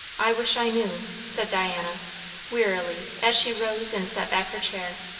i wish i knew said diana wearily, as she rose and set back her chair.